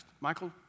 Michael